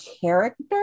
character